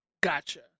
Gotcha